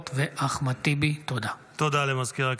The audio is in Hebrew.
חוק-יסוד: ישראל,